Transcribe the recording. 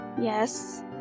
Yes